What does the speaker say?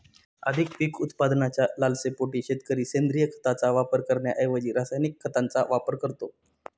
अधिक पीक उत्पादनाच्या लालसेपोटी शेतकरी सेंद्रिय खताचा वापर करण्याऐवजी रासायनिक खतांचा वापर करतो